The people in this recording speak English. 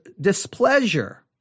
displeasure